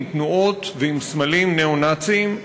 עם תנועות ועם סמלים ניאו-נאציים,